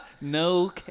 no